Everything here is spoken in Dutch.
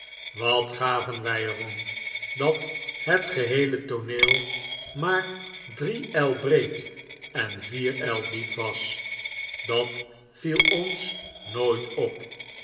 wat gaven wij er om dat het geheele tooneel maar drie el breed en vier el diep was dat viel ons nooit op